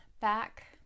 back